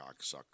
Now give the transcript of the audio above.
cocksucker